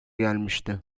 gelmişti